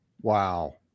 wow